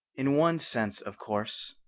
in one sense, of course,